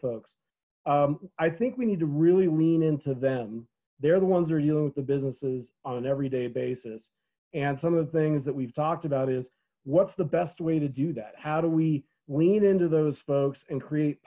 folks i think we need to really lean into them they're the ones they're dealing with the businesses on an everyday basis and some of the things that we've talked about is what's the best way to do that how do we lean into those folks and create